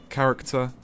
Character